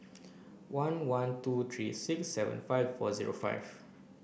one one two three six seven five four zero five